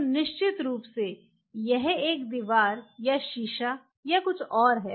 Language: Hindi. तो निश्चित रूप से यहाँ एक दीवार या शीशा या कुछ है